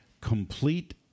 complete